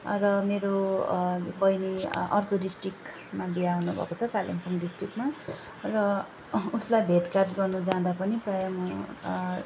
आज मेरो बहिनी अर्को डिस्ट्रि्क्टमा बिहा हुनुभएको छ कालिम्पोङ डिस्ट्रिक्टमा र उसलाई भेटघाट गर्नु जाँदा पनि प्राय म